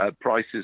prices